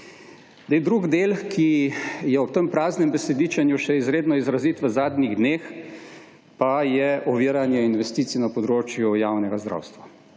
Zdaj drugi del, ki je ob tem praznem besedičenju še izredno izrazit v zadnjih dneh pa je oviranje investicij na področju javnega zdravstva.